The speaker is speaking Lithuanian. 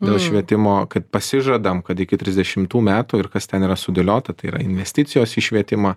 dėl švietimo kad pasižadam kad iki trisdešimtų metų ir kas ten yra sudėliota tai yra investicijos į švietimą